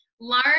learn